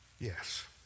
Yes